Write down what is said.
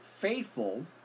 faithful